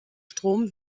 strom